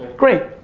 great,